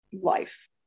life